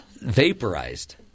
vaporized